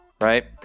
right